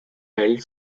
held